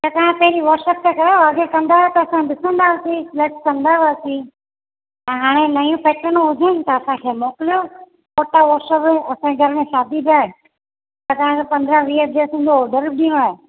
त तव्हां पहिरीं व्हाट्सअप त कयो व्हाट्सअप कंदव अॻे कंदा हुयव त ॾिसंदा हुयासीं सिलेक्ट कंदा हुयासीं त हाणे नयूं पैटनूं हुजनि त असांखे मोकिलियो फोटो हो सभु असांजे घर में शादी बि आहे असां खे पंद्रहं वीह ड्रेसियुनि जो ऑडर ॾियणो आहे